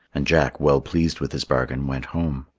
and jack, well pleased with his bargain, went home.